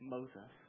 Moses